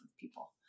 people